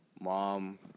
Mom